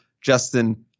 Justin